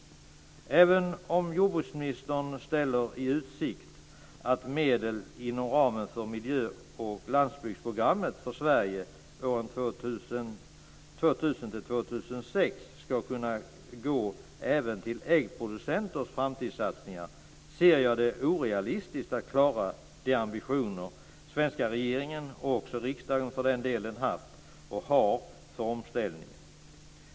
Även om jordbruksministern ställer i utsikt att medel inom ramen för Miljö och landsbygdsprogrammet för Sverige åren 2000-2006 ska kunna gå även till äggproducenters framtidssatsningar ser jag det som orealistiskt att klara de ambitioner som den svenska regeringen och för den delen också riksdagen har haft och har för omställningen.